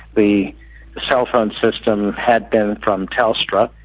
the cell phone system had been from telstra,